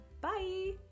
bye